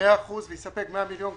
ב-100% ויספק 100 מיליון קוב,